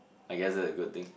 I guess that a good thing